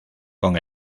con